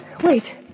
Wait